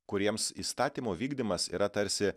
kuriems įstatymo vykdymas yra tarsi